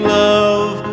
love